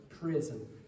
prison